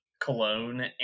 cologne